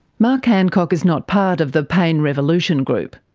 mark hancock is not part of the pain revolution group.